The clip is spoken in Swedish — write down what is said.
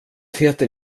heter